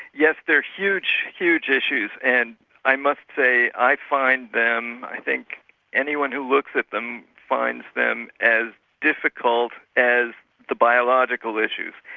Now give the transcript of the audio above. yes, they're huge huge issues. and i must say i find them, i think anyone who looks at them, finds them as difficult as the biological issues.